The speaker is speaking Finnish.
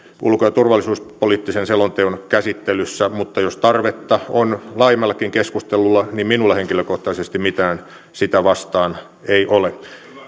ulko ja turvallisuuspoliittisen selonteon käsittelyssä mutta jos tarvetta on laajemmallekin keskustelulle niin ei minulla henkilökohtaisesti mitään sitä vastaan ole